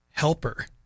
helper